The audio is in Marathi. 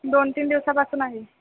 दोन तीन दिवसापासून आहे